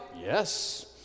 Yes